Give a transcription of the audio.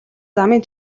замын